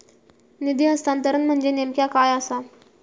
निधी हस्तांतरण म्हणजे नेमक्या काय आसा?